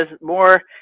more